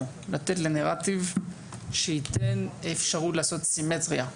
לתת לנראטיב שייתן אפשרות לעשות סימטריה,